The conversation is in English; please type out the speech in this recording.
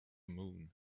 moon